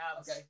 Okay